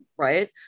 Right